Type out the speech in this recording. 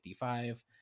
55